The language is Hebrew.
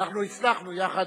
בסרטן, בתחלואים האחרים.